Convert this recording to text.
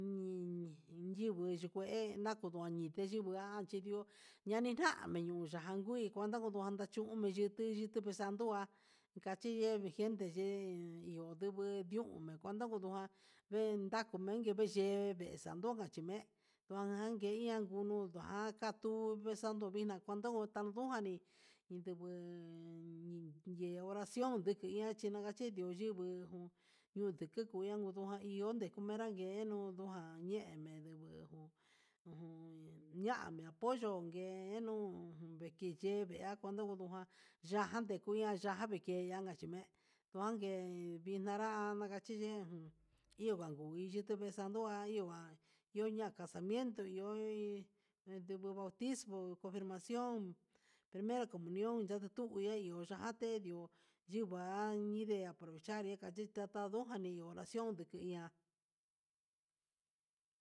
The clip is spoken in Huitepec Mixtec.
Unniñe yivii ningue nakunu añinde yuna chitio ayunanina unyanki cuenta ku ndaki yun niyuki cuenta vee sando kua yachiye vijuente ye'e he udungu ihon cuengta ngudujan, veen nakumende vee yeve enxandun yime'e kuandagueña ngumuu vaka tuu vee sando vina'a otuu ngytadujani induguu ye oración, ndiki he janrachi nun nduguu yuu tuku ihan nguduján iho ndinjira kenuu ongojan yemene eun jun ña'a apoyo nguenun meki ye'e ve'a kuduña ya'á jan dekuña ya'á jan kavikeña kachime'e nguake vinanra kachiyen iho ngua vinyuu kachime xandua kegua yoñakaxmiento yo'o yoi iduku bautismo, confirmacion, primera comunión yandationa iho ya'a atedio yihua añinde aprovechár inka chi tatandata yujani ndi dunración ndikiña'a.